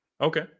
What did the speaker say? Okay